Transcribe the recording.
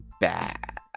bad